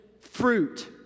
fruit